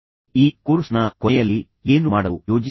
ಈ ಕೋರ್ಸ್ನ ಕೊನೆಯಲ್ಲಿ ನೀವು ಏನು ಮಾಡಲು ಯೋಜಿಸಿದ್ದೀರಿ